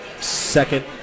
second